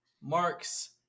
marks